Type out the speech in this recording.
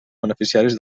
beneficiaris